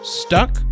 stuck